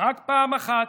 רק פעם אחת,